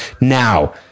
Now